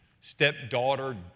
stepdaughter